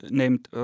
named